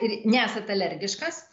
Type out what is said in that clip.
ir nesat alergiškas